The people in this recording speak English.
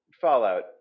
Fallout